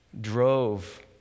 drove